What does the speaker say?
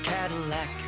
Cadillac